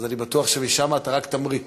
אז אני בטוח שמשם אתה רק תמריא.